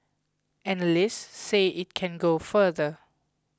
analysts say it can go further